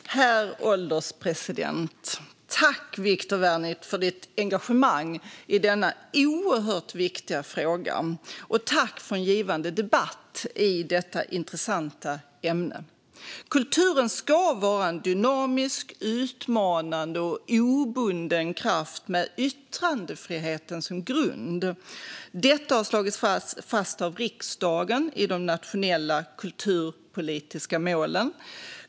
Herr ålderspresident! Tack, Viktor Wärnick, för ditt engagemang i denna oerhört viktiga fråga! Och tack för en givande debatt i detta intressanta ämne! Kulturen ska vara en dynamisk, utmanande och obunden kraft med yttrandefriheten som grund. Detta har slagits fast av riksdagen i de nationella kulturpolitiska målen.